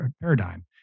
paradigm